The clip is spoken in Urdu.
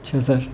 اچھا سر